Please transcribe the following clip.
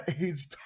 age